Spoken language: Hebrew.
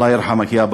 אלוהים ירחם עליך,